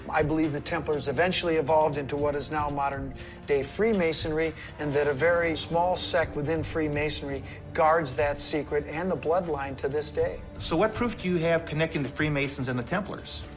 i believe the templars eventually evolved into what is now modern-day freemasonry and that a very small sect within freemasonry guards that secret and the bloodline to this day. so what proof do you have connecting the freemasons and the templars?